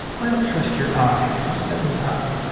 i don't trust your eyes. you've said enough.